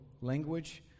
language